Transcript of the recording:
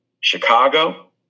Chicago